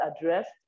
addressed